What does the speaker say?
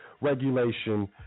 regulation